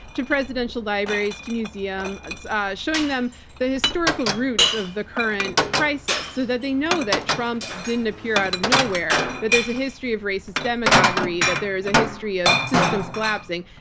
to presidential libraries, to museums, and so ah showing them the historical roots of the current crisis, so that they know that trump didn't appear out of nowhere, that there's a history of racist demagoguery, that there is a history of systems collapsing.